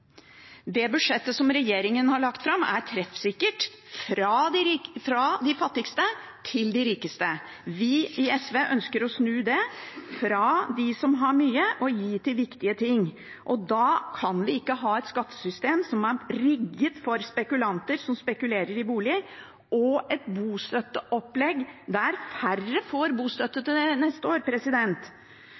Det budsjettet som regjeringen har lagt fram, er treffsikkert – fra de fattigste til de rikeste. Vi i SV ønsker å snu det, fra dem som har mye, og gi til viktige ting. Da kan vi ikke ha et skattesystem som er rigget for spekulanter, som spekulerer i bolig, og et bostøtteopplegg der færre får bostøtte til neste år.